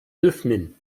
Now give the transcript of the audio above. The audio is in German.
öffnen